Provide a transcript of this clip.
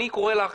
אני קורא לך,